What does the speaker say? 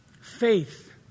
Faith